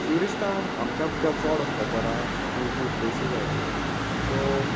ट्युरिस्टां आमच्या कडच्या चड खबर आसा हूंय हूंय प्लेसीसाय त्यो सो